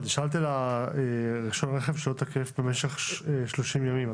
שאלתי על רישיון הרכב שלא תקף במשך 30 ימים.